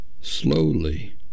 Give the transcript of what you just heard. slowly